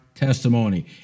Testimony